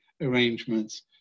arrangements